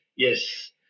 Yes